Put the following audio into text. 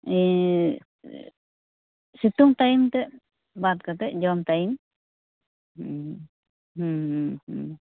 ᱥᱤᱛᱩᱝ ᱴᱟ ᱭᱤᱢ ᱛᱮᱫ ᱵᱟᱫ ᱠᱟᱛᱮᱫ ᱡᱚᱢ ᱴᱟ ᱭᱤᱢ